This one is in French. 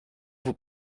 vous